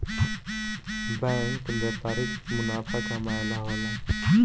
bank व्यापारिक मुनाफा कमाए ला होला